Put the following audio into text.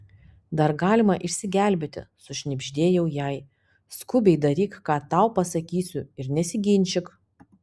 dar galima išsigelbėti sušnibždėjau jai skubiai daryk ką tau pasakysiu ir nesiginčyk